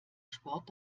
sport